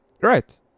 Right